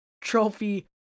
Trophy